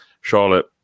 Charlotte